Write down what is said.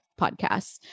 podcasts